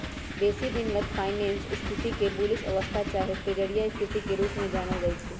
बेशी दिनगत फाइनेंस स्थिति के बुलिश अवस्था चाहे तेजड़िया स्थिति के रूप में जानल जाइ छइ